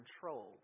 controlled